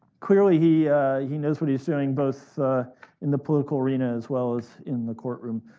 clearly he he knows what he's doing, both in the political arena as well as in the courtroom.